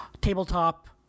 tabletop